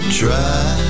try